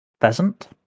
pheasant